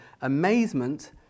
Amazement